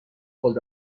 خود